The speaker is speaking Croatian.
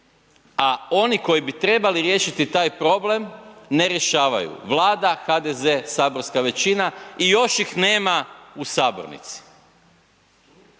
a oni koji bi trebali riješiti taj problem ne rješavaju, Vlada, HDZ, saborska većina i još ih nema u sabornici.